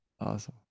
awesome